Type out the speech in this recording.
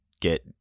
get